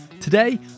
Today